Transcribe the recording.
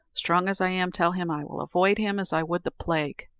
strong as i am tell him i will avoid him as i would the plague,